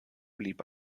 blieb